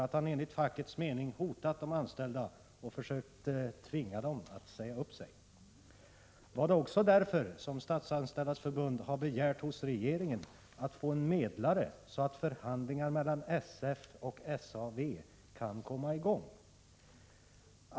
Han har enligt fackets mening hotat de anställda och försökt tvinga dem att säga upp sig. Var det också därför som Statsanställdas förbund begärde hos regeringen att få en medlare, så att förhandlingar mellan SF och SAV kan komma i gång?